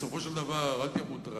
בסופו של דבר, אל תהיה מוטרד.